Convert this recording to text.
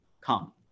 come